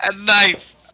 Nice